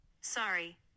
Sorry